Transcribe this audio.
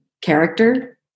character